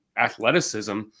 athleticism